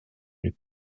une